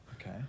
okay